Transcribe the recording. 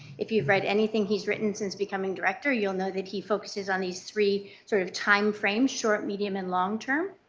if you have read anything he has written since becoming director, you will know that he focuses on these three sort of timeframes, short, medium, and long term.